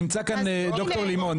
נמצא כאן ד"ר לימון,